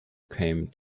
came